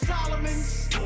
Solomon's